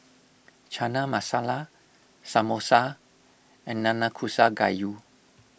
Chana Masala Samosa and Nanakusa Gayu